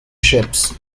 ships